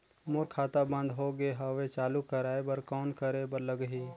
मोर खाता बंद हो गे हवय चालू कराय बर कौन करे बर लगही?